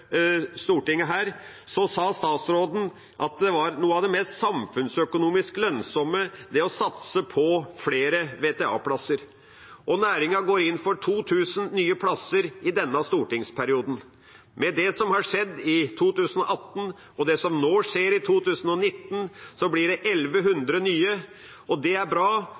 Stortinget, sa den tidligere statsråden at det å satse på flere VTA-plasser er noe av det som er mest samfunnsøkonomisk lønnsomt. Næringen går inn for 2 000 nye plasser i denne stortingsperioden. Med det som har skjedd i 2018, og det som nå vil skje i 2019, blir det 1 100 nye plasser. Det er bra,